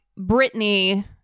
Britney